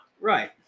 Right